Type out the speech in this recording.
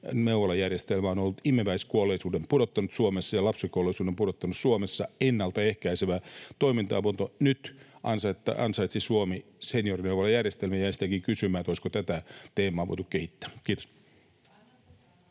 neuvolajärjestelmä on ollut. Se on imeväiskuolleisuuden ja lapsikuolleisuuden pudottanut Suomessa — ennalta ehkäisevää toimintaa. Nyt Suomi ansaitsisi seniorineuvolajärjestelmän, ja jäin sitäkin kysymään, olisiko tätä teemaa voitu kehittää. — Kiitos.